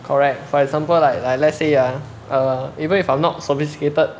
correct for example like like let's say ah err even if I'm not sophisticated